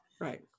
right